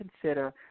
consider